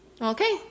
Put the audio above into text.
okay